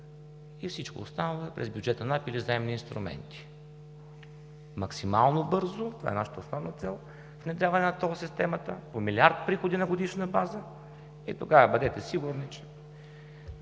и всичко останало е през бюджета на АПИ или заемни инструменти. Нашата основна цел е: максимално бързо внедряване на тол системата; по милиард приходи на годишна база и тогава бъдете сигурни, че